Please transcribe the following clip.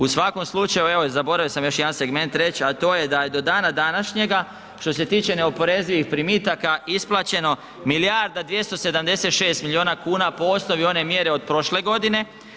U svakom slučaju, evo i zaboravio sam još jedan segment reći a to je da je do dana današnjega što se tiče neoporezivih primitaka isplaćeno milijarda 276 milijuna kuna po osnovi one mjere od prošle godine.